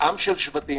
עם של שבטים,